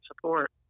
support